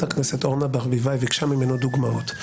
הכנסת אורנה ברביבאי ביקשה ממנו דוגמאות.